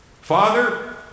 Father